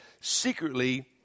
secretly